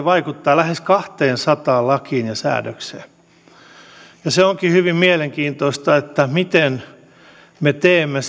vaikuttaa lähes kahteensataan lakiin ja säädökseen ja se onkin hyvin mielenkiintoista miten me teemme